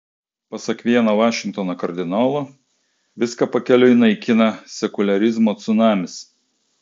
pasak vieno vašingtono kardinolo viską pakeliui naikina sekuliarizmo cunamis